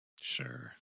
Sure